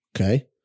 Okay